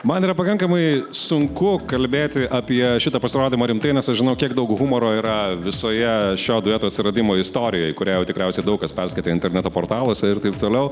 man yra pakankamai sunku kalbėti apie šitą pasirodymą rimtai nes aš žinau kiek daug humoro yra visoje šio dueto atsiradimo istorijoj kurią jau tikriausiai daug kas perskaitė interneto portaluose ir taip toliau